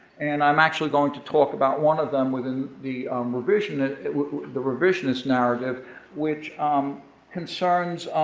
and i'm actually going to talk about one of them within the revisionist the revisionist narrative which concerns